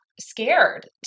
scared